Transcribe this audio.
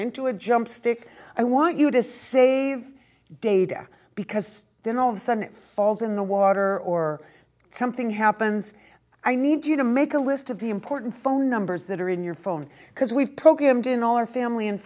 into a jump stick i want you to save data because then all of a sudden it falls in the water or something happens i need you to make a list of the important phone numbers that are in your phone because we've programmed in all our family and